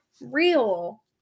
real